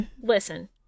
listen